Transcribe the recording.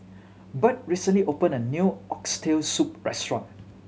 Birt recently opened a new Oxtail Soup restaurant